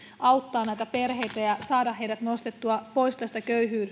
auttaa näitä perheitä ja saada heidät nostettua pois tästä